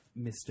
Mr